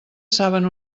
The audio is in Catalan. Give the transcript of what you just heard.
saben